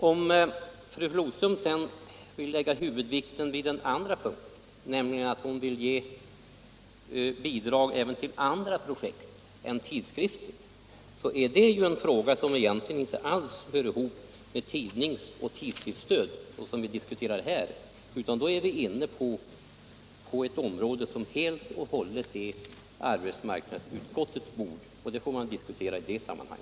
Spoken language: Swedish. Om fru Flodström sedan vill lägga huvudvikten vid den andra punkten, den att ge bidrag även till andra projekt än tidskrifter, är det en fråga som inte alls hänger ihop med det tidnings och tidskriftsstöd som vi diskuterar här. Då är vi inne på ett område som helt och hållet så att säga är arbetsmarknadsutskottets bord, och den frågan får vi diskutera i ett annat sammanhang.